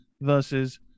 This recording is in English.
Versus